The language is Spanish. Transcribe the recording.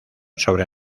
sobre